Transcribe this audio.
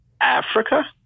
Africa